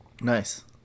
Nice